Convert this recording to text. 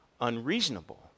unreasonable